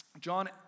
John